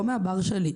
לא מהבר שלי.